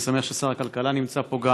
אני שמח ששר הכלכלה גם נמצא פה.